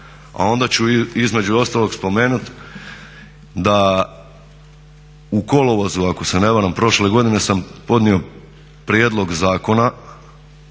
a onda ću između ostalog spomenut da u kolovozu ako se ne varam prošle godine sam podnio prijedlog zakona